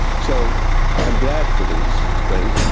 so i'm glad for these things.